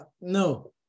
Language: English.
no